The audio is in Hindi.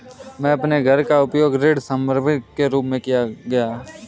मैंने अपने घर का उपयोग ऋण संपार्श्विक के रूप में किया है